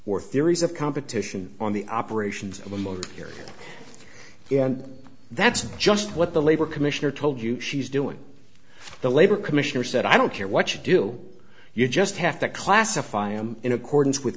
or theories of competition on the operations of a motor here that's just what the labor commissioner told you she's doing the labor commissioner said i don't care what you do you just have to classify him in accordance with